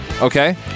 Okay